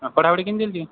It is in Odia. ଆଉ ପଢ଼ାପଢ଼ି କେମିତି ଚିଲିଛି